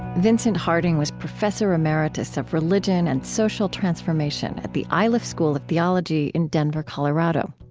vincent harding was professor emeritus of religion and social transformation at the ah iliff school of theology in denver, colorado.